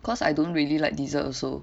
cause I don't really like dessert also